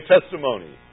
testimony